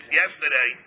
yesterday